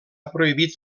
prohibit